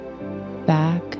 back